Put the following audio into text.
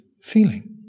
feeling